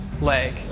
leg